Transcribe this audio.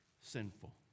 sinful